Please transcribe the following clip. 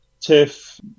Tiff